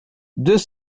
deux